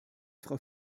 frau